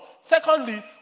Secondly